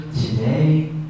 today